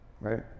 right